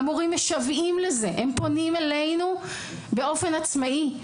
המורים משוועים לזה, הם פונים אלינו באופן עצמאי.